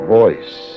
voice